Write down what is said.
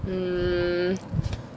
mm